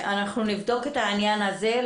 נבדוק את העניין הזה.